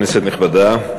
כנסת נכבדה,